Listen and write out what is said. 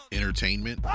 entertainment